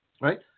Right